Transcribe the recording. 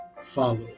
follow